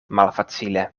malfacile